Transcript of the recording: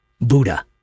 Buddha